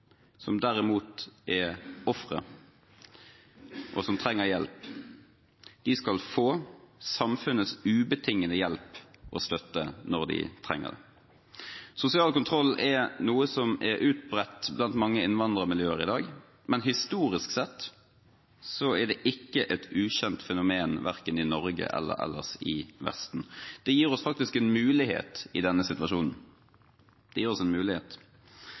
som derimot er ofre og trenger hjelp, få samfunnets ubetingete hjelp og støtte. Sosial kontroll er utbredt i mange innvandrermiljøer i dag, men historisk sett er det ikke et ukjent fenomen, verken i Norge eller ellers i Vesten. Det gir oss faktisk en mulighet i denne situasjonen, fordi vi vet hvordan vi kan bekjempe det.